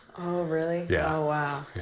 oh, really? yeah. oh, wow.